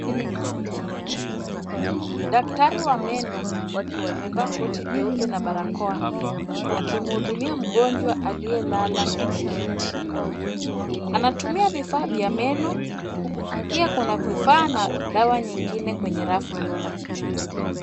Daktari wa meno amevaa koti jeupe na barakoa akimhudumia mgonjwa aliyelala kwenye kiti. Anatumia vifaa vya meno. Pia kuna vifaa na dawa nyingine kwenye rafu nyuma.